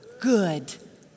Good